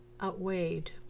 outweighed